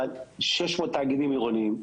אבל 600 תאגידים עירוניים,